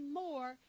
more